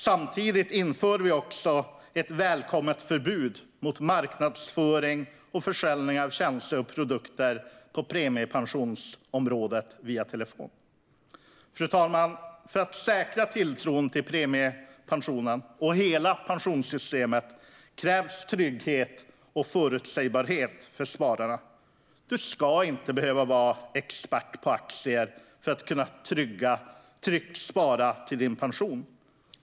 Samtidigt inför vi ett välkommet förbud mot marknadsföring och försäljning av tjänster och produkter på premiepensionsområdet via telefon. Fru talman! För att säkra tilltron till premiepensionen och hela pensionssystemet krävs trygghet och förutsägbarhet för spararna. Du ska inte behöva vara expert på aktier för att tryggt kunna spara till din pension.